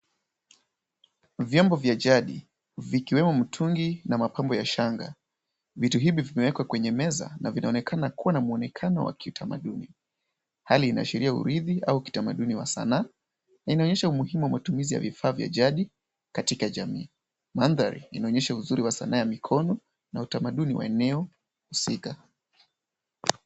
Vyombo vya jadi vikiwemo mtungi na mapambo ya shanga. Vitu hivi vimewekwa kwenye meza na vinaonekana kuwa na mwonekano wa kitamaduni. Hali hii inaashiria uridhi au utamaduni wa sanaa na inaonyesha umuhimu wa matumizi ya vifaa vya jadi katika jamii. Mandhari inaonyesha uzuri wa sanaa ya mikono na utamaduni wa eneo husika.